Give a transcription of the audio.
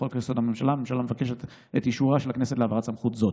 לחוק-יסוד: הממשלה מבקשת הממשלה את אישורה של הכנסת להעברת סמכויות זו.